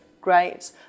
great